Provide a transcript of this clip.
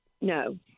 no